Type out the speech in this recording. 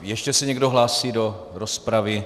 Ještě se někdo hlásí do rozpravy?